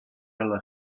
alla